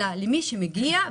אלא למי שמגיע,